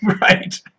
right